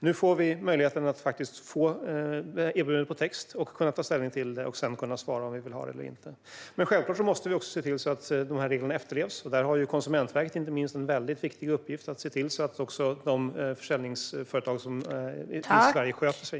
Nu kommer vi att kunna få erbjudanden i text för att sedan kunna ta ställning till och svara om vi vill ha dem eller inte. Självklart måste vi också se till att reglerna efterlevs. Där har inte minst Konsumentverket en väldigt viktig uppgift för att se till att de försäljningsföretag som finns i Sverige sköter sig.